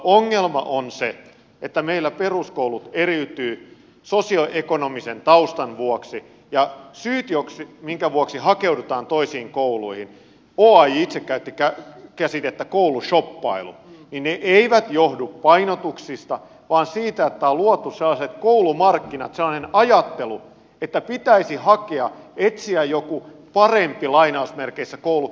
mutta ongelma on se että meillä peruskoulut eriytyvät sosioekonomisen taustan vuoksi ja syyt minkä vuoksi hakeudutaan toisiin kouluihin oaj itse käytti käsitettä koulushoppailu eivät johdu painotuksista vaan siitä että on luotu sellaiset koulumarkkinat sellainen ajattelu että pitäisi hakea etsiä joku parempi koulu kuin se oma lähikoulu